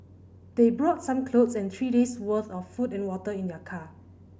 they brought some clothes and three days' worth of food and water in their car